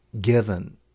given